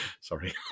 Sorry